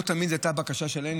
שלא תמיד זאת הייתה בקשה שלהם.